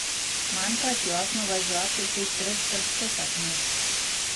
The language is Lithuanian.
man pas juos nuvažiuot tai kaip tris pirštus apmyžt